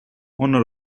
owner